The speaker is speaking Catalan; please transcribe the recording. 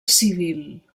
civil